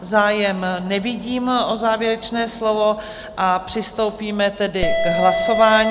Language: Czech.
Zájem nevidím o závěrečná slovo, a přistoupíme tedy k hlasování.